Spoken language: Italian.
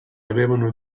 avevano